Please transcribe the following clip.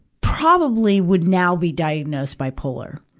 probably would now be diagnosed bipolar,